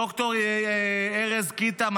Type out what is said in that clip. ד"ר ארז קיטה,